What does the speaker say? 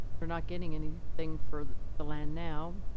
we're not getting anything for the land now.